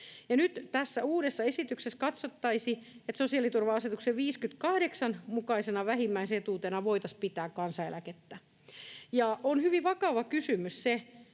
Nyt tässä uudessa esityksessä katsottaisiin, että sosiaaliturva-asetuksen 58 artiklan mukaisena vähimmäisetuutena voitaisiin pitää kansaneläkettä, ja on hyvin vakava kysymys,